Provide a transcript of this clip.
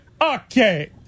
Okay